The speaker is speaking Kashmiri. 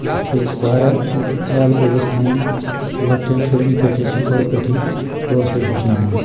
اتھ پزِ اسہِ وارہ امیُک خیال پزِ اسہِ تھاوُن لۄکٹٮ۪ن شُرٮ۪ن پزِ اسہِ گۄڑ پیٚٹھے کٲشُر ہیٚچھناوُن